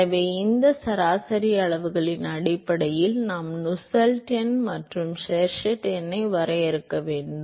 எனவே இந்த சராசரி அளவுகளின் அடிப்படையில் நாம் நுசெல்ட் எண் மற்றும் ஷெர்வுட் எண்ணை வரையறுக்க வேண்டும்